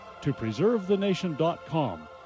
topreservethenation.com